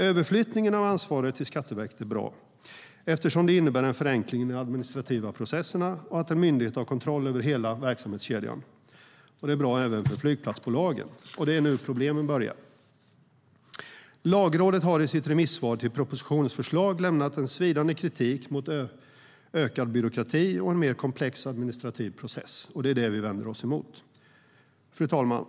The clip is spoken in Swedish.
Överflyttningen av ansvaret till Skatteverket är bra eftersom det innebär en förenkling i de administrativa processerna och att en myndighet har kontroll över hela verksamhetskedjan. Det är bra även för flygplatsbolagen. Och det är nu problemen börjar. Lagrådet har i sitt remissvar till propositionens förslag lämnat en svidande kritik mot en ökad byråkrati och en mer komplex administrativ process, och det är den vi vänder oss emot. Fru talman!